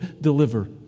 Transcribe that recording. deliver